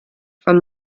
from